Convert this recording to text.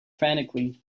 frantically